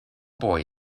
boy